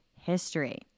history